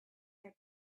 their